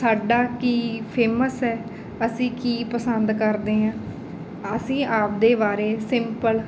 ਸਾਡਾ ਕੀ ਫੇਮਸ ਹੈ ਅਸੀਂ ਕੀ ਪਸੰਦ ਕਰਦੇ ਹਾਂ ਅਸੀਂ ਆਪਦੇ ਬਾਰੇ ਸਿੰਪਲ